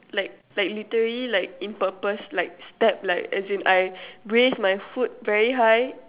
like like literally like in purpose like step like as in I raise my foot very high